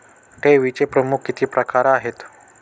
ठेवीचे प्रमुख किती प्रकार आहेत?